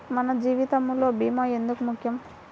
మన జీవితములో భీమా ఎందుకు ముఖ్యం?